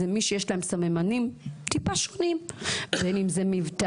זה מי שיש להם סממנים טיפה שונים, בין אם זה מבטא.